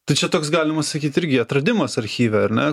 tai čia toks galima sakyt irgi atradimas archyve ar ne